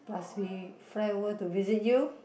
plus we fly over to visit you